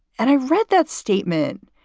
and i read that statement.